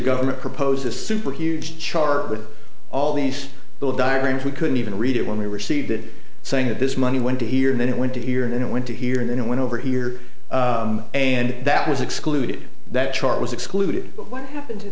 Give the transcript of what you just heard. government proposed this super huge chart with all these little diagrams we couldn't even read it when we were seated saying that this money went to here and then it went to here and then it went to here and then it went over here and that was excluded that chart was excluded but what happened